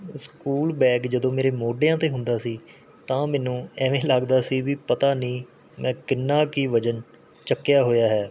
school bag ਜਦੋਂ ਮੇਰੇ ਮੋਢਿਆਂ 'ਤੇ ਹੁੰਦਾ ਸੀ ਤਾਂ ਮੈਨੂੰ ਐਵੇਂ ਹੇ ਲੱਗਦਾ ਸੀ ਵੀ ਪਤਾ ਨਹੀਂ ਮੈਂ ਕਿੰਨਾ ਕੀ ਵਜਨ ਚੁੱਕਿਆ ਹੋਇਆ ਹੈ